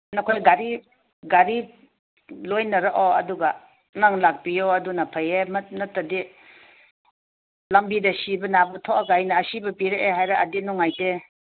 ꯅꯈꯣꯏ ꯒꯥꯔꯤ ꯒꯥꯔꯤ ꯂꯣꯏꯅꯔꯛꯑꯣ ꯑꯗꯨꯒ ꯅꯪ ꯂꯥꯛꯞꯤꯌꯣ ꯑꯗꯨꯅ ꯐꯩꯌꯦ ꯅꯠꯇ꯭ꯔꯗꯤ ꯂꯝꯕꯤꯗ ꯁꯤꯕ ꯅꯥꯕ ꯊꯣꯛꯑꯒ ꯑꯩꯅ ꯑꯁꯤꯕ ꯄꯤꯔꯛꯑꯦ ꯍꯥꯏꯔꯛꯑꯗꯤ ꯅꯨꯡꯉꯥꯏꯇꯦ